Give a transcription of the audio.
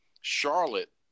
Charlotte